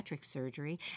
surgery